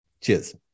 Cheers